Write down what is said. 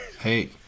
hey